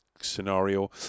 scenario